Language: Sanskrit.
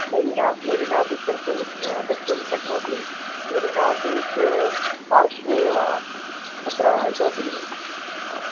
मरीना मरीना बीच् द्रष्टुं द्रष्टुं शक्नोति मरीना बीच् पार्श्वे एव तत्र इतोपि